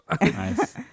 Nice